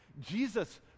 Jesus